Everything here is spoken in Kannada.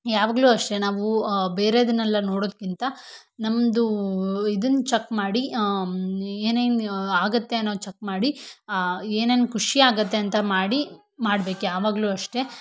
ಯಾವಾಗಲೂ ಅಷ್ಟೆ ನಾವು ಬೇರೆದನ್ನೆಲ್ಲ ನೋಡೋದಕ್ಕಿಂತ ನಮ್ಮದು ಇದನ್ನ ಚಕ್ ಮಾಡಿ ಏನೇನು ಆಗತ್ತೆ ಅನ್ನೋದು ಚಕ್ ಮಾಡಿ ಏನೇನು ಖುಷಿ ಆಗತ್ತೆ ಅಂತ ಮಾಡಿ ಮಾಡ್ಬೇಕು ಯಾವಾಗಲೂ ಅಷ್ಟೆ